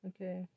Okay